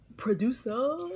producer